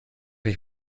ich